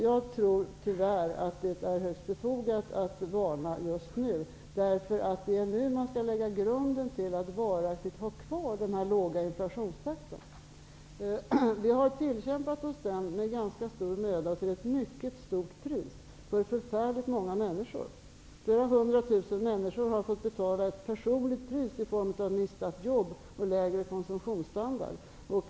Jag tror att det, tyvärr, är högst befogat att varna just nu, därför att det är nu som man skall lägga grunden till en varaktigt låg inflationstakt. Vi har tillkämpat oss en sådan med ganska stor möda och till ett mycket högt pris för förfärligt många människor. Flera hundra tusen människor har personligen fått betala ett högt pris i form av dels att jobbet gått förlorat, dels en lägre konsumtionsstandard.